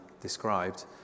described